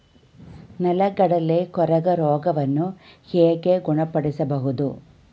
ನೆಲಗಡಲೆ ಕೊರಕ ರೋಗವನ್ನು ಹೇಗೆ ಗುಣಪಡಿಸಬಹುದು?